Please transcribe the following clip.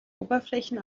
oberflächen